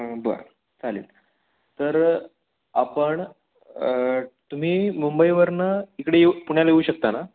बरं चालेल तर आपण तुम्ही मुंबईवरून इकडे येऊ पुण्याला येऊ शकता ना